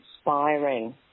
inspiring